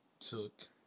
took